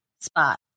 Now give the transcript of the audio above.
spot